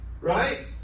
right